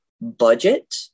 budget